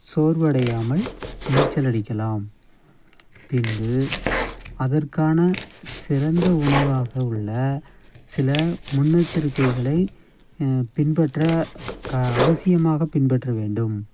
சோர்வடையாமல் நீச்சல் அடிக்கலாம் பின்பு அதற்கான சிறந்த உணவாக உள்ள சில முன்னெச்சரிக்கைகளை பின்பற்ற க அவசியமாக பின்பற்ற வேண்டும்